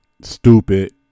stupid